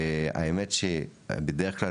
האמת שבדרך כלל,